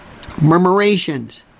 Murmurations